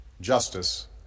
justice